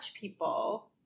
people